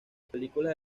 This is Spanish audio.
películas